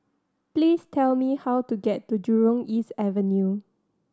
please tell me how to get to Jurong East Avenue